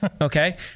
okay